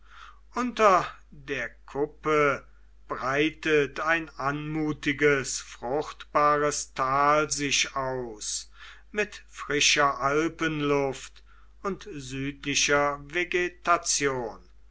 unter der kuppe breitet ein anmutiges fruchtbares tal sich aus mit frischer alpenluft und südlicher